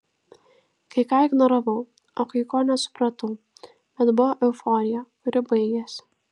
kai ką ignoravau o kai ko nesupratau bet buvo euforija kuri baigėsi